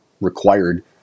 required